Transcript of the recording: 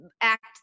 act